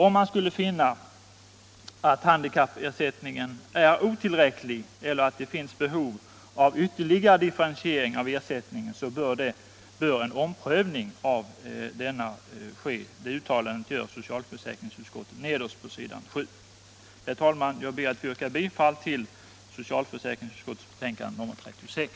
Om man skulle finna att handikappersättningen är otillräcklig eller att det skulle föreligga behov av ytterligare differentiering av ersättningen, bör en omprövning av ersättningen ske. Det uttalandet gör socialförsäkringsutskottet nederst på S. 7. Herr talman! Jag ber att få yrka bifall till vad socialförsäkringsutskottet hemställt i sitt betänkande nr 36.